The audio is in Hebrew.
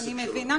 אני מבינה,